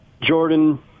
Jordan